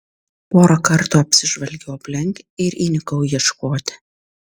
porą kartų apsižvalgiau aplink ir įnikau ieškoti